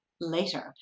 later